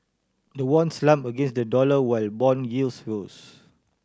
the won slump against the dollar while bond yields rose